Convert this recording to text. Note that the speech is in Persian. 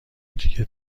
دیگه